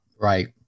Right